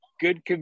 good